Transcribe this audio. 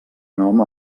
nom